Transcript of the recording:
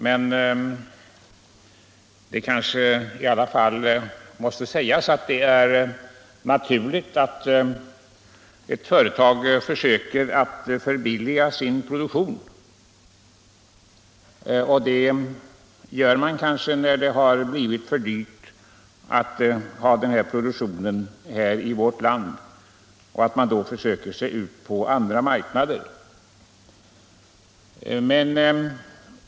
Men det måste i alla fall sägas att det är naturligt att ett företag försöker att förbilliga sin produktion, och det gör man kanske när det har blivit för dyrt att driva produktionen här i vårt land. Man söker sig då ut på andra marknader.